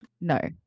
no